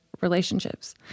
relationships